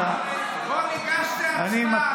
בוא ניגש להצבעה.